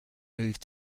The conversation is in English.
moved